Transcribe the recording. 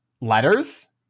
letters